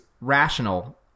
rational